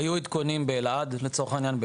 היו עדכונים באלעד לצורך העניין,